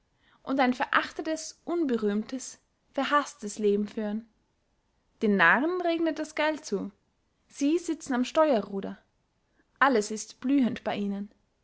und ein verachtetes unberühmtes verhaßtes leben führen den narren regnet das geld zu sie sitzen am steuerruder alles ist blühend bey ihnen